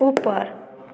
ऊपर